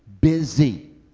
busy